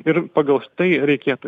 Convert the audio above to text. ir pagal tai reikėtų